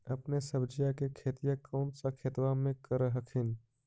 अपने सब्जिया के खेतिया कौन सा खेतबा मे कर हखिन?